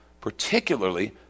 particularly